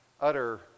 utter